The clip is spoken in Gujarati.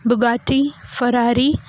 દુઘાતી ફરારી